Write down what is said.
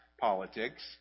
politics